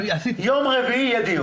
ביום רביעי יהיה דיון.